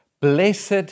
Blessed